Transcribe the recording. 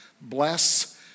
bless